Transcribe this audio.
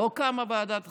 לא קמה ועדת חקירה,